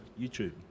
YouTube